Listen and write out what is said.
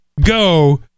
go